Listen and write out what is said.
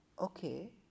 Okay